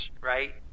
right